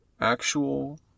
Actual